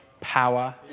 power